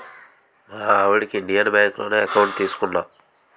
మా ఆవిడకి ఇండియన్ బాంకులోనే ఎకౌంట్ తీసుకున్నా